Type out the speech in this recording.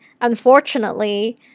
unfortunately